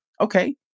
Okay